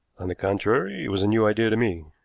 on the contrary, it was a new idea to me.